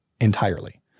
entirely